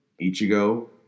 Ichigo